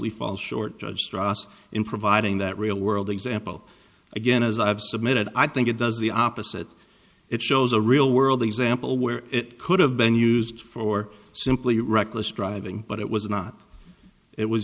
we fall short in providing that real world example again as i've submitted i think it does the opposite it shows a real world example where it could have been used for simply reckless driving but it was not it was